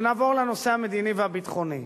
ונעבור לנושא המדיני והביטחוני.